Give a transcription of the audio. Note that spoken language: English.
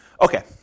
Okay